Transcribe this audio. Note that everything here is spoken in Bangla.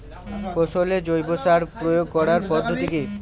ফসলে জৈব সার প্রয়োগ করার পদ্ধতি কি?